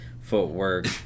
footwork